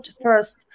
first